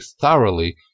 thoroughly